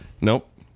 Nope